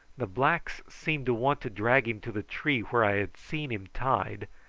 the blacks seemed to want to drag him to the tree where i had seen him tied,